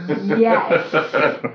Yes